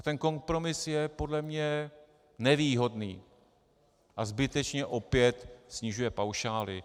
Ten kompromis je podle mě nevýhodný a zbytečně opět snižuje paušály.